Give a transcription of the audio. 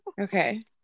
Okay